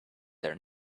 their